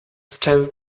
stands